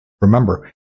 Remember